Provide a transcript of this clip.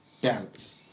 balance